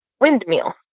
windmill